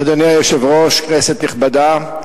אדוני היושב-ראש, כנסת נכבדה,